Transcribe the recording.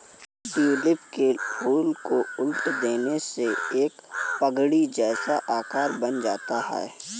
tulip के फूल को उलट देने से एक पगड़ी जैसा आकार बन जाता है